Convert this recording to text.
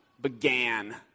began